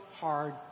hard